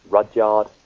Rudyard